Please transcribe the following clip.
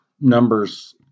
numbers